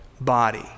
body